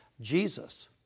Jesus